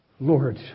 Lord